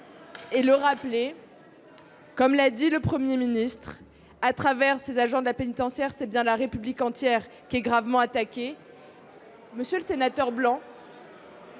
et le rappeler, à la suite du Premier ministre : au travers de ces agents de la pénitentiaire, c’est bien la République entière qui est gravement attaquée. Monsieur le sénateur Blanc,